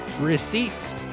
receipts